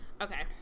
Okay